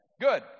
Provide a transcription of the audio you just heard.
good